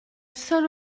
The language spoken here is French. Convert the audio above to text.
seul